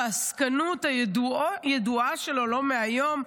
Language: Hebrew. בעסקנות הידועה שלו לא מהיום,